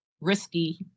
risky